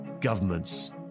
Governments